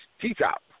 T-Top